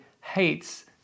hates